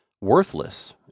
worthless